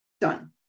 done